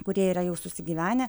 kurie yra jau susigyvenę